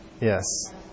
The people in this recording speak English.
Yes